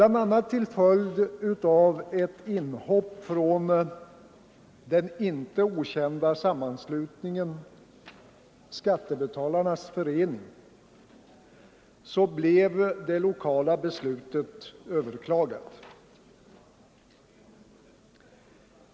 Bl. a. till följd av ett inhopp från den icke okända sammanslutningen Skattebetalarnas förening blev det lokala beslutet överklagat.